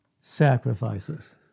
sacrifices